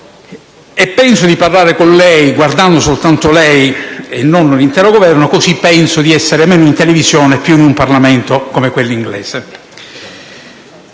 E penso di parlare con lei, guardando soltanto lei e non l'intero Governo, così immagino di essere meno in televisione e più in un Parlamento come quello inglese.